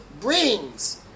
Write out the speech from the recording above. brings